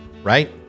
Right